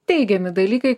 teigiami dalykai